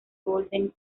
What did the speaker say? golders